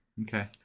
Okay